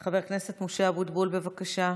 חבר הכנסת משה אבוטבול, בבקשה.